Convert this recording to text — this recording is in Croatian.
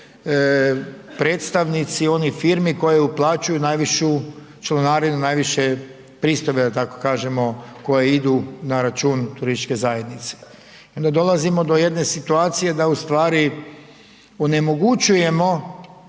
predstavnici onih firmi koje uplaćuju najvišu članarinu, najviše pristojbe da tako kažemo koje idu na račun turističke zajednice. I onda dolazimo do jedne situacije da u stvari onemogućujemo